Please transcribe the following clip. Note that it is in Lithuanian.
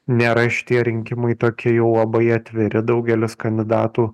nėra šitie rinkimai tokie jau labai atviri daugelis kandidatų